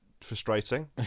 frustrating